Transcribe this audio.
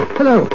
Hello